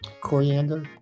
coriander